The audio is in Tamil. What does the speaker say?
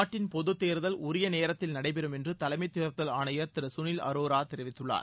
நாட்டின் பொதுத் தேர்தல் உரிய நேரத்தில் நடைபெறும் என்று தலைமத் தேர்தல் ஆணையர் தரு சுனில் அரோரா தெரிவித்துள்ளார்